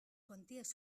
quanties